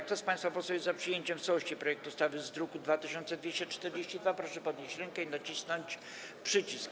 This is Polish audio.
Kto z państwa posłów jest za przyjęciem w całości projektu ustawy w brzmieniu z druku nr 2242, proszę podnieść rękę i nacisnąć przycisk.